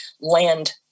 land